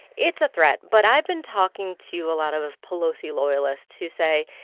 it's a threat. but i've been talking to a lot of pelosi loyalists who say,